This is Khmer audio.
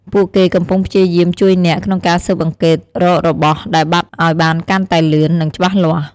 ពួកគេកំពុងព្យាយាមជួយអ្នក ក្នុងការស៊ើបអង្កេតរករបស់ដែលបាត់អោយបានកាន់តែលឿន និងច្បាស់លាស់។